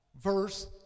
verse